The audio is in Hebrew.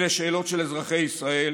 אלה שאלות של אזרחי ישראל,